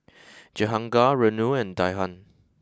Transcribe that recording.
Jehangirr Renu and Dhyan